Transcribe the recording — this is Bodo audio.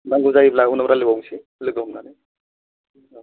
नांगौ जायोब्ला उनाव रायलायबावसै लोगो हमनानै